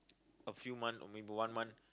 a few month or maybe one month